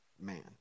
man